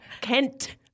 Kent